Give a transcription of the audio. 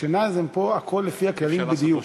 כשנאזם פה, הכול לפי הכללים בדיוק.